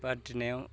बादिनायाव